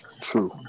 True